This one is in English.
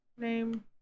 name